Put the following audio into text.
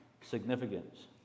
significance